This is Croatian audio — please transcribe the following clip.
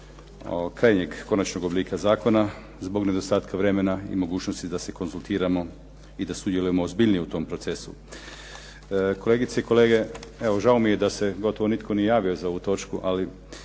krajnjeg, konačnog oblika zakona zbog nedostatka vremena i mogućnosti da se konzultiramo i da sudjelujemo ozbiljnije u tom procesu. Kolegice i kolege, evo žao mi je da se gotovo nitko nije javio za ovu točku, ali